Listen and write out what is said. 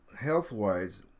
health-wise